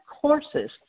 courses